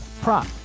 prop